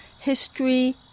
History